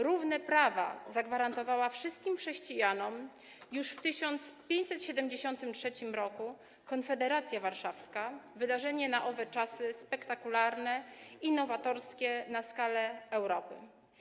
Równe prawa zagwarantowała wszystkim chrześcijanom już w 1573 r. konfederacja warszawska, wydarzenie na owe czasy spektakularne i nowatorskie na skalę Europy.